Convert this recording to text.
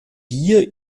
bier